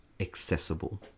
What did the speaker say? accessible